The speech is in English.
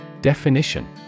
Definition